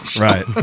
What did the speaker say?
right